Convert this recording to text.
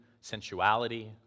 sensuality